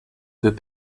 peut